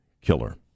Killer